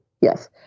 Yes